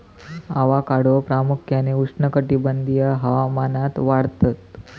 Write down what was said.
avocado प्रामुख्यान उष्णकटिबंधीय हवामानात वाढतत